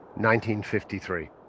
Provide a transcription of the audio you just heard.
1953